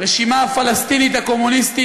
הרשימה הפלסטינית הקומוניסטית,